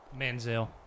Manziel